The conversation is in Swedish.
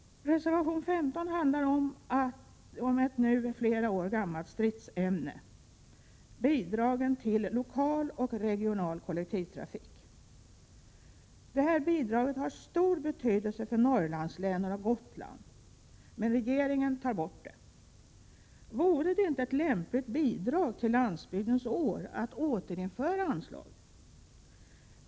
Reservation 15 handlar om ett nu flera år gammalt stridsämne, nämligen bidraget till lokal och regional kollektivtrafik. Detta bidrag har stor betydelse för Norrlandslänen och Gotland. Men regeringen tar bort det. Vore det inte ett lämpligt bidrag till Landsbygdens år att återinföra anslaget?